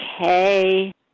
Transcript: okay